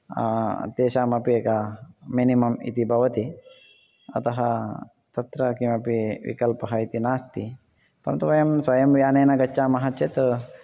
तेषामपि एका मिनिमम् इति भवति अतः तत्र किमपि विकल्पः इति नास्ति परन्तु वयं स्वयं यानेन गच्छामः चेत्